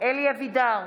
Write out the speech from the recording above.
אלי אבידר,